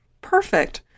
Perfect